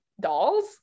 dolls